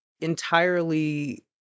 entirely